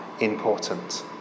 important